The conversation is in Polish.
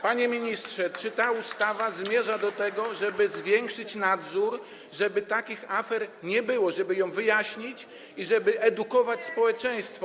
Panie ministrze, czy ta ustawa zmierza do tego, żeby zwiększyć nadzór, aby takich afer nie było, żeby ją wyjaśnić i by edukować społeczeństwo.